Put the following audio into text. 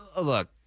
Look